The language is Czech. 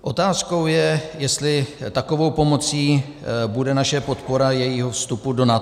Otázkou je, jestli takovou pomocí bude naše podpora jejího vstupu do NATO.